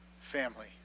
family